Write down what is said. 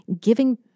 giving